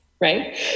right